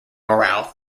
morale